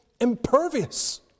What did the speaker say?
impervious